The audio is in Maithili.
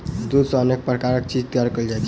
दूध सॅ अनेक प्रकारक चीज तैयार कयल जाइत छै